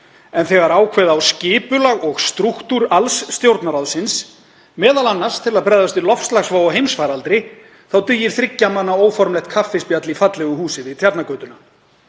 en þegar ákveða á skipulag og strúktúr alls Stjórnarráðsins, m.a. til að bregðast við loftslagsvá og heimsfaraldri, þá dugir þriggja manna óformlegt kaffispjall í fallegu húsi við Tjarnargötu.